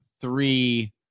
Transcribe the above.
three